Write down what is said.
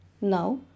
Now